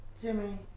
Jimmy